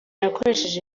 yakoresheje